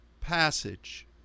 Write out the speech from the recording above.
passage